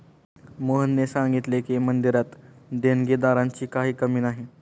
मोहनने सांगितले की, मंदिरात देणगीदारांची काही कमी नाही